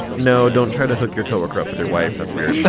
no, don't try to hook your co-worker up with your wife. that's weird yeah